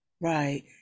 Right